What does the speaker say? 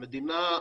המדינה,